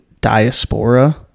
diaspora